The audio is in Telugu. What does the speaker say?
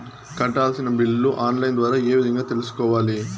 కట్టాల్సిన బిల్లులు ఆన్ లైను ద్వారా ఏ విధంగా తెలుసుకోవాలి?